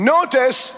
Notice